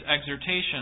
exhortation